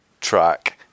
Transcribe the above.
track